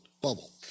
bubble